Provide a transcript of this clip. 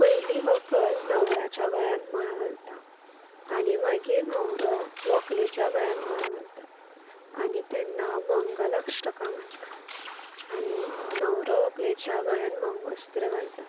पयलीं व्हंकल न्हवऱ्याच्या गळ्यान माळ घालता आनी मागीर न्हवरो व्हंकलेच्या गळ्यांत माळ घालता आनी तेन्ना मंगलाश्टकां म्हणटात आनी न्हवरो व्हंकलेच्या गळ्यांत मंगळसुत्र घालता